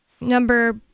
number